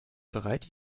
bereit